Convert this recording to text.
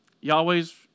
Yahweh's